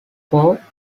four